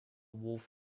wolf